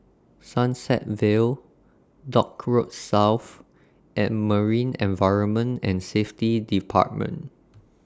Sunset Vale Dock Road South and Marine Environment and Safety department